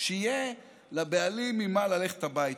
שיהיה לבעלים עם מה ללכת הביתה.